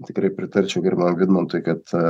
tikrai pritarčiau gerbiamam vidmantui kad